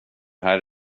här